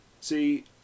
See